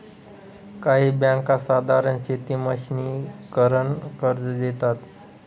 काही बँका साधारण शेती मशिनीकरन कर्ज देतात